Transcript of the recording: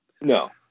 no